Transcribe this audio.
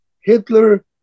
Hitler